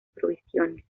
provisiones